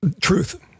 Truth